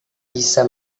bisa